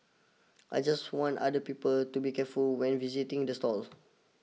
I just want other people to be careful when visiting this stall